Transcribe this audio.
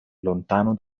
lontano